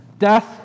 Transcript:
death